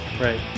right